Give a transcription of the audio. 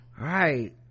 Right